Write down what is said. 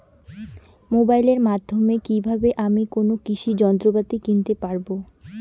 মোবাইলের মাধ্যমে কীভাবে আমি কোনো কৃষি যন্ত্রপাতি কিনতে পারবো?